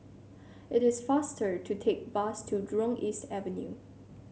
it is faster to take bus to Jurong East Avenue